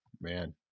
man